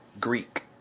Greek